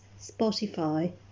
Spotify